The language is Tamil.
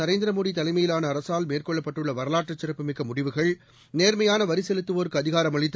நரேந்திரமோடிதலைமையிலானஅரசால் மேற்கொள்ளப்பட்டுள்ளவரலாற்றுச் பிரதமர் திரு சிறப்புமிக்கமுடிவுகள் நேர்மையானவரிசெலுத்துவோருக்குஅதிகாரம் அளித்து